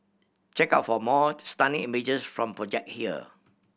check out for more stunning images from the project here